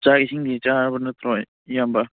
ꯆꯥꯛ ꯏꯁꯤꯡꯗꯤ ꯆꯥꯔꯕ ꯅꯠꯇ꯭ꯔꯣ ꯏꯌꯥꯝꯕ